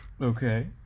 Okay